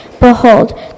Behold